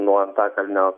nuo antakalnio